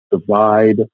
divide